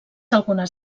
algunes